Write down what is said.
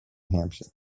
hampshire